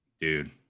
Dude